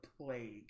plague